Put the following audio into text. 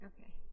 Okay